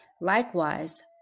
Likewise